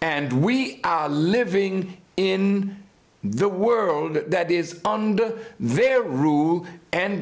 and we are living in the world that is under their rule and